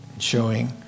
showing